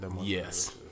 yes